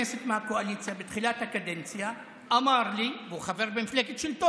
רצח ראש ממשלה הוא חמור יותר,